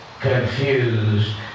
confused